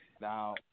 Now